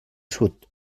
sud